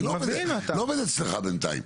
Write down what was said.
אני לא עובד אצלך בינתיים.